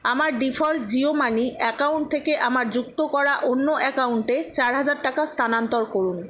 আমার default Jio money account থেকে আমার যুক্ত করা অন্য অ্যাকাউন্টে চার হাজার টাকা স্থানান্তর করুন